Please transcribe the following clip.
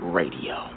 radio